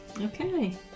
okay